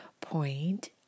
point